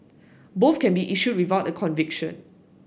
both can be issued without a conviction